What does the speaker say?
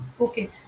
Okay